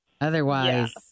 otherwise